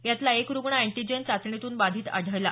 यातला एक रुग्ण एटिजेन चाचणीतून बाधित आढळला